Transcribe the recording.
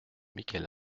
michel